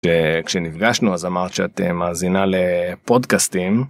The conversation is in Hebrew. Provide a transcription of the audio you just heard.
כשנפגשנו אז אמרת שאתה מאזינה לפודקאסטים.